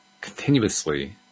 continuously